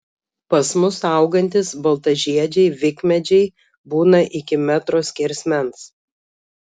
pas mus augantys baltažiedžiai vikmedžiai būna iki metro skersmens